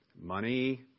money